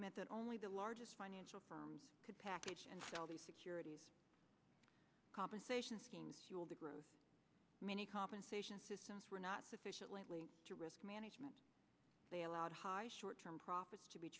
meant that only the largest financial firms could package and sell the securities compensation schemes fuel the growth many compensation systems were not sufficiently to risk management they allowed high short term profits to be